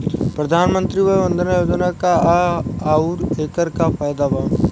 प्रधानमंत्री वय वन्दना योजना का ह आउर एकर का फायदा बा?